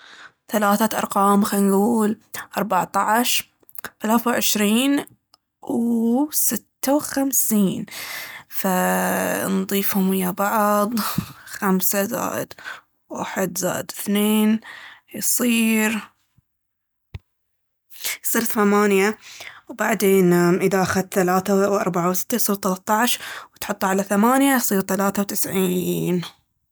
ثلاثة ارقام، خنقول أربعطعش، ثلاثة وعشرين، وستة وخمسين. فنضيفهم ويا بعض، خمسة زائد واحد زائد ثنين، يصير- يصير ثمانية. وبعدين اذا اخذت ثلاثة وأربعة وستة يصير ثلطعش، وتحطه على ثمانية يصير ثلاثة وتسعين.